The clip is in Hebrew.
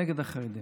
נגד החרדים.